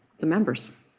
the members